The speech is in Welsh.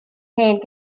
hen